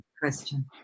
question